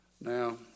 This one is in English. Now